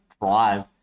drive